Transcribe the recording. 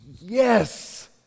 Yes